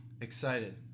excited